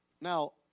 Now